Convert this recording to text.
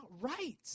right